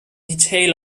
detail